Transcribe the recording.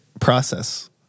process